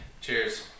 cheers